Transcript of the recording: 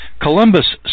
Columbus